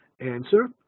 Answer